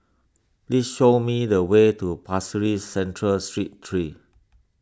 please show me the way to Pasir Ris Central Street three